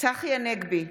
צחי הנגבי,